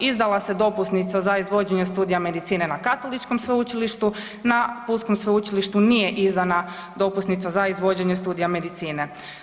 Izdala se dopusnica za izvođenje studija medicine na Katoličkom sveučilištu, na Pulskom sveučilištu nije izdana dopusnica za izvođenje studija medicine.